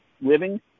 living